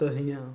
त हीअं